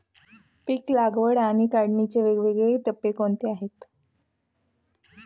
पीक लागवड आणि काढणीचे वेगवेगळे टप्पे कोणते आहेत?